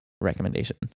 recommendation